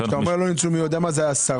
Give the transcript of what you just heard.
כשאתה אומר לא ניצול מי יודע מה, זה עשרות?